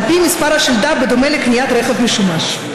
על פי מספר השלדה, בדומה לקניית רכב משומש.